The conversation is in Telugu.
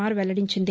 ఆర్ వెల్లడించింది